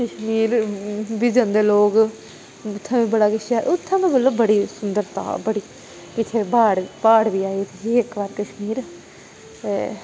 कशमीर बी जंदे लोग उ'त्थें बी बड़ा किश ऐ उ'त्थें ते मतलब बड़ी सुंदरता बड़ी उ'त्थें बाढ बी आई ही इक बार कशमीर ते